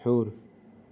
ہیوٚر